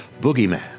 boogeyman